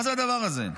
מה זה דבר הזה?